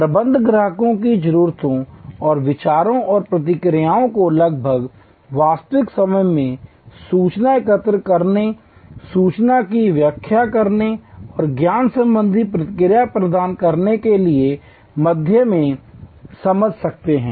प्रबंधक ग्राहकों की ज़रूरतों और विचारों और प्रतिक्रियाओं को लगभग वास्तविक समय में सूचना एकत्र करने सूचना की व्याख्या करने और ज्ञान संबंधी प्रतिक्रिया प्रदान करने के माध्यम से समझ सकते हैं